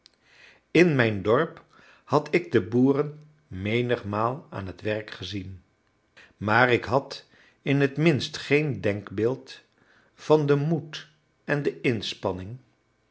in mijn dorp had ik de boeren menigmaal aan het werk gezien maar ik had in het minst geen denkbeeld van den moed en de inspanning